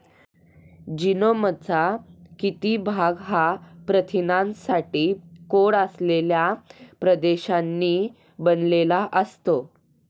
जीनोमचा किती भाग हा प्रथिनांसाठी कोड असलेल्या प्रदेशांनी बनलेला असतो?